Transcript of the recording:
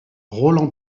roland